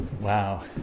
Wow